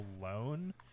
alone